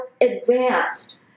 advanced